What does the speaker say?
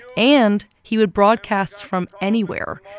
and he would broadcast from anywhere,